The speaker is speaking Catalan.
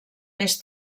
més